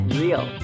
real